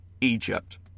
Egypt